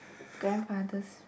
grandfathers